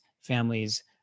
families